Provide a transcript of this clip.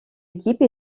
équipe